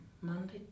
Monday